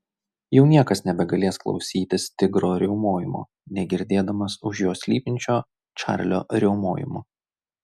jau niekas nebegalės klausytis tigro riaumojimo negirdėdamas už jo slypinčio čarlio riaumojimo